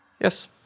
Yes